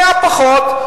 היה פחות.